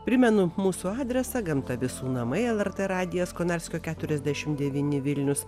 primenu mūsų adresą gamta visų namai lrt radijas konarskio keturiasdešim devyni vilnius